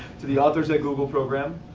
to the authors at google program.